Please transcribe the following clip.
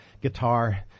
guitar